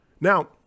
Now